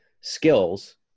skills